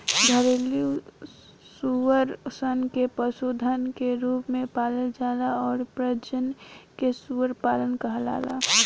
घरेलु सूअर सन के पशुधन के रूप में पालल जाला अउरी प्रजनन के सूअर पालन कहाला